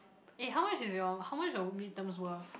eh how much is your how much is your mid term's worth